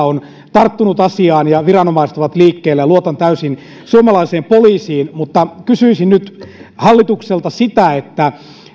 on tarttunut asiaan ja viranomaiset ovat liikkeellä luotan täysin suomalaiseen poliisiin kysyisin nyt hallitukselta siitä että